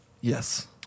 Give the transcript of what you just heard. Yes